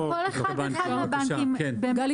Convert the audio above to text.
גלי